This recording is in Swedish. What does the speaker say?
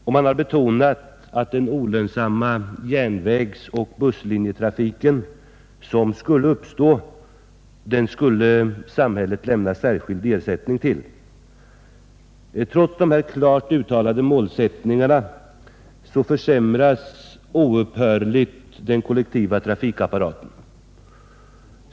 Och man har betonat att samhället bör lämna ersättning till den olönsamma järnvägsoch busstrafik som skulle uppstå. Trots dessa klart uttalade målsättningar försämras den kollektiva trafikapparaten oupphörligt.